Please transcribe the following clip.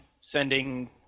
sending